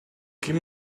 give